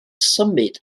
symud